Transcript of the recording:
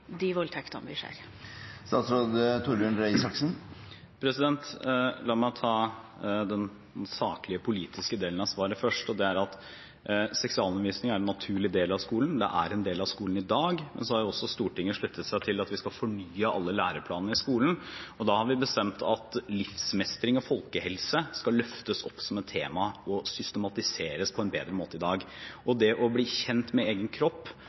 de voldtektene vi ser. La meg ta den saklige, politiske delen av svaret først, og det er at seksualundervisning er en naturlig del av skolen. Det er en del av skolen i dag, og så har også Stortinget sluttet seg til at vi skal fornye alle læreplanene i skolen. Da har vi bestemt at livsmestring og folkehelse skal løftes opp som et tema og systematiseres på en bedre måte i dag. Det å bli kjent med egen kropp,